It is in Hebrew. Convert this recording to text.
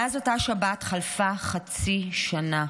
מאז אותה שבת חלפה חצי שנה.